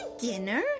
dinner